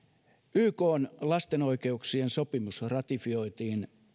ykn lasten oikeuksien sopimus ratifioitiin